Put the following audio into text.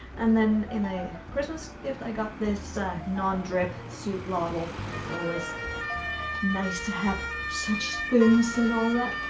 and then in a christmas gift i got this non-drip soup ladle. it's always nice to have such spoons and all that.